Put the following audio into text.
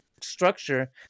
structure